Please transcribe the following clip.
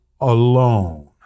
alone